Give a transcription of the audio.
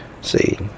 See